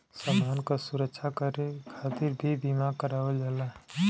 समान क सुरक्षा करे खातिर भी बीमा करावल जाला